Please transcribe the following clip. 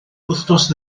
wythnos